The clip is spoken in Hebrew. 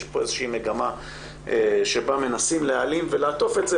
יש כאן איזושהי מגמה בה מנסים להעלים ולעטוף את זה